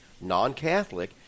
non-Catholic